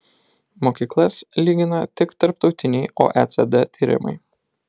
mokyklas lygina tik tarptautiniai oecd tyrimai